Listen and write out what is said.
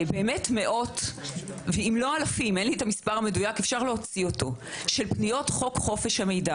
כי היו מאות אם לא אלפים של פניות חוק חופש המידע.